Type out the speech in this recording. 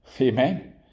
Amen